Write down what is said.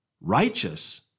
Righteous